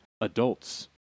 adults